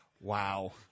Wow